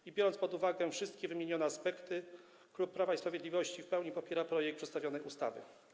I biorąc pod uwagę wszystkie wymienione aspekty, klub Prawo i Sprawiedliwość w pełni popiera projekt przedstawionej ustawy.